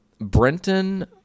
Brenton